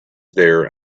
there